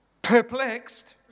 Perplexed